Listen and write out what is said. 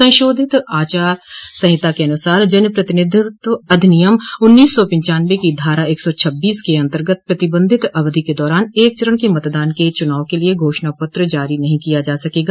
संशोधित आदर्श आचार संहिता के अन् सार जनप्रतिनिधित्व अधिनियम उन्नीस सौ पिच्चानबें की धारा एक सौ छब्बीस के अंतर्गत प्रतिबंधित अवधि के दौरान एक चरण के मतदान के चुनाव के लिये घोषणा पत्र जारी नहीं किया जा सकेगा